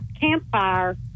Campfire